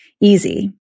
easy